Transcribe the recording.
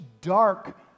dark